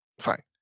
fine